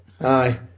Aye